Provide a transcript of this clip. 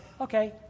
okay